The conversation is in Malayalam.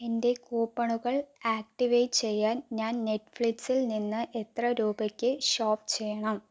എൻ്റെ കൂപ്പണുകൾ ആക്ടിവേറ്റ് ചെയ്യാൻ ഞാൻ നെറ്റ്ഫ്ലിക്സിൽ നിന്ന് എത്ര രൂപയ്ക്ക് ഷോപ്പ് ചെയ്യണം